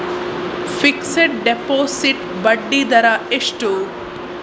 Fixed deposit ಬಡ್ಡಿ ದರ ಎಷ್ಟು?